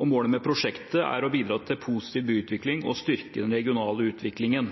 og målet med prosjektet er å bidra til positiv byutvikling og styrke den regionale utviklingen.